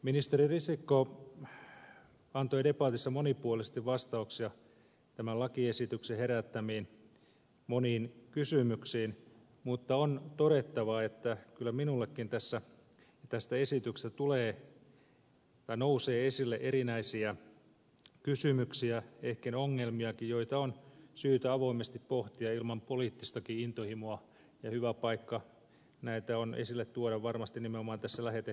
ministeri risikko antoi debatissa monipuolisesti vastauksia tämän lakiesityksen herättämiin moniin kysymyksiin mutta on todettava että kyllä minullekin tästä esityksestä nousee esille erinäisiä kysymyksiä ehkä ongelmiakin joita on syytä avoimesti pohtia ilman poliittistakin intohimoa ja hyvä paikka näitä esille tuoda on varmasti nimenomaan tässä lähetekeskustelussa